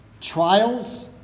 Trials